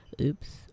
Oops